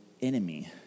enemy